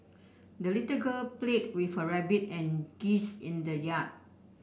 the little girl played with her rabbit and geese in the yard